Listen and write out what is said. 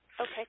Okay